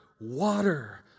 water